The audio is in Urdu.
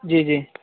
جی جی